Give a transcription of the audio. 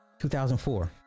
2004